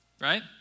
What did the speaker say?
right